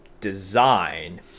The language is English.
design